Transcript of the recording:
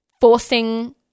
forcing